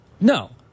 No